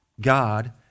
God